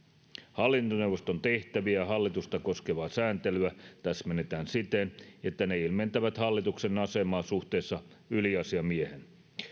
hallintoneuvoston tehtäviä ja hallitusta koskevaa sääntelyä täsmennetään siten että ne ilmentävät hallituksen asemaa suhteessa yliasiamieheen